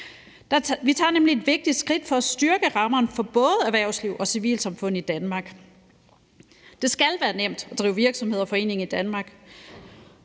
Vi tager nemlig et vigtigt skridt for at styrke rammerne for både erhvervsliv og civilsamfund i Danmark. Det skal være nemt at drive virksomhed og forening i Danmark.